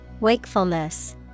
Wakefulness